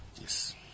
Yes